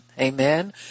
Amen